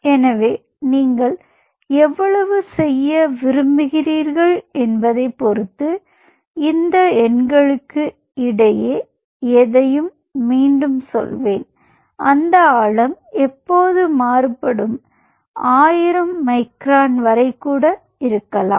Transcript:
எனவே நீங்கள் எவ்வளவு செய்ய விரும்புகிறீர்கள் என்பதைப் பொறுத்து இந்த எண்களுக்கு இடையில் எதையும் மீண்டும் சொல்வேன் அந்த ஆழம் எப்போதும் மாறுபடும் ஆயிரம் மைக்ரான் இருக்கலாம்